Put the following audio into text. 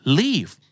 leave